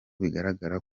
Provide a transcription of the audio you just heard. biragaragara